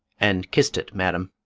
and kiss'd it, madam.